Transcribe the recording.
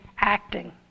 Acting